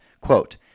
Quote